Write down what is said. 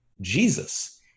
Jesus